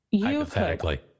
Hypothetically